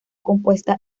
compuesta